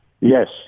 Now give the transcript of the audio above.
Yes